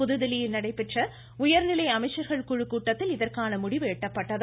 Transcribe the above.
புதுதில்லியில் நடைபெற்ற உயர்நிலை அமைச்சர்கள் குழுக்கூட்டத்தில் இதற்கான முடிவு எட்டப்பட்டது